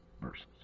verses